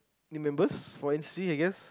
new members for N_C_C I guess